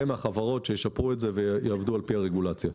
מהחברות שישפרו את זה ויעבדו על-פי הרגולציה.